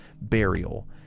burial